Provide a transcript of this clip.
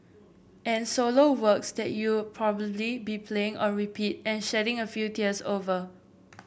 and solo works that you'll probably be playing on repeat and shedding a few tears over